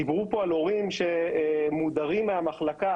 דיברו פה על הורים שמודרים מהמחלקה,